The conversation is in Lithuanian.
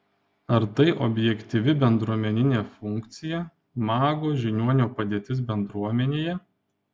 ar tai objektyvi bendruomeninė funkcija mago žiniuonio padėtis bendruomenėje